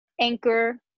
Anchor